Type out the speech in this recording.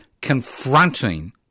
confronting